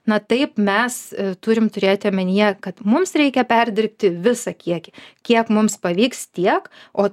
na taip mes turim turėti omenyje kad mums reikia perdirbti visą kiekį kiek mums pavyks tiek o